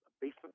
basement